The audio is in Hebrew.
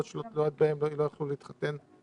אותו דבר לגבי הפדיקור